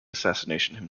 assassination